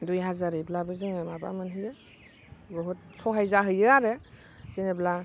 दुइ हाजारैब्लाबो जोङो माबा मोनहैयो बुहुत सहाय जाहैयो आरो जेन'ब्ला